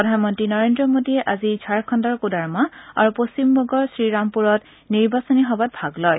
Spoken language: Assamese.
প্ৰধানমন্ত্ৰী নৰেন্দ্ৰ মোডীয়ে আজি ঝাৰখণ্ডৰ কোৰ্ডামা আৰু পশ্চিমবংগৰ শ্ৰীৰামপুৰত নিৰ্বাচনী সভাত ভাগ লয়